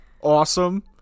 awesome